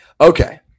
Okay